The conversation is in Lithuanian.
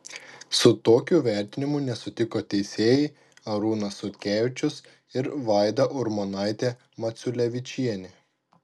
su tokiu vertinimu nesutiko teisėjai arūnas sutkevičius ir vaida urmonaitė maculevičienė